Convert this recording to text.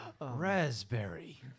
raspberry